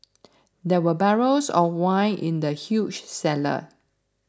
there were barrels of wine in the huge cellar